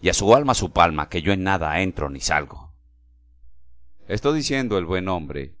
y a su alma su palma que yo en nada entro ni salgo esto diciendo el buen hombre